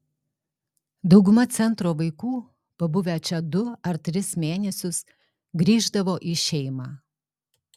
dauguma centro vaikų pabuvę čia du ar tris mėnesius grįždavo į šeimą